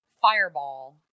fireball